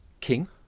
King